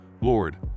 Lord